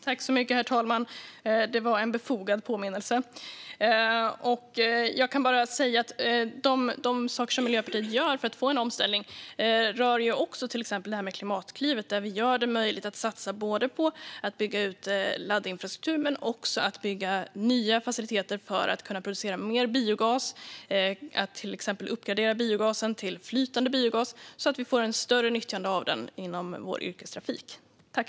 Herr talman! Det var en befogad påminnelse från talmannen. Jag kan bara säga att de saker som Miljöpartiet gör för att få en omställning också rör till exempel detta med Klimatklivet. Där gör vi det möjligt att satsa både på att bygga ut laddinfrastruktur och på att bygga nya faciliteter för att kunna producera mer biogas - och till exempel uppgradera biogasen till flytande biogas, så att vi får ett större nyttjande av den inom vår yrkestrafik.